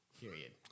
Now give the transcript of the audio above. Period